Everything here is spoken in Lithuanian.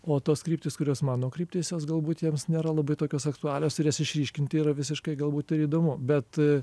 o tos kryptys kurios mano kryptys jos galbūt jiems nėra labai tokios aktualios ir jas išryškinti yra visiškai galbūt ir įdomu bet